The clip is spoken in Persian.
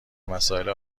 مسائل